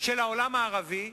של העולם הערבי,